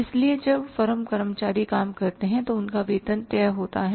इसलिए जब फर्म कर्मचारी काम करते हैं तो उनका वेतन तय होता है